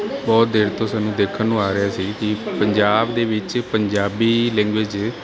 ਬਹੁਤ ਦੇਰ ਤੋਂ ਸਾਨੂੰ ਦੇਖਣ ਨੂੰ ਆ ਰਿਹਾ ਸੀ ਕੀ ਪੰਜਾਬ ਦੇ ਵਿੱਚ ਪੰਜਾਬੀ ਲੈਂਗੁਏਜ